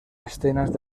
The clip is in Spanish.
escenas